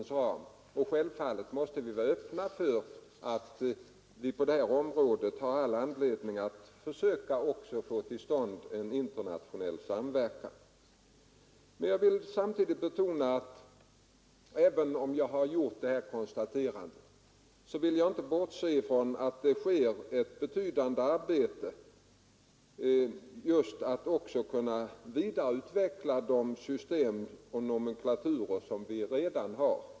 Självfallet måste vi dock vara öppna för möjligheten att få till stånd en internationell samverkan. Trots detta konstaterande kan jag inte bortse från att ett betydande arbete sker för att vidareutveckla de system och nomenklaturer som vi redan har.